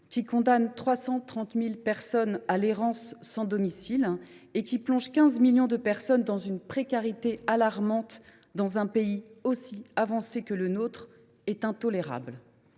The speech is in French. qui condamne 330 000 personnes à l’errance sans domicile et plonge 15 millions de personnes dans une précarité alarmante dans un pays aussi avancé que le nôtre, est intolérable.